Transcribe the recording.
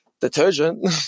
detergent